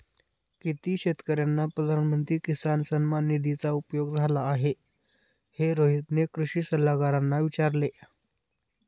किती शेतकर्यांना प्रधानमंत्री किसान सन्मान निधीचा उपयोग झाला आहे, हे रोहितने कृषी सल्लागारांना विचारले